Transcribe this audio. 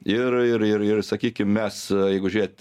ir ir ir ir sakykim mes jeigu žiūrėt